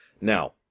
Now